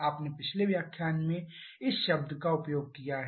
आपने पिछले व्याख्यान में इस शब्द का उपयोग किया है